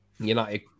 United